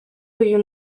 uyu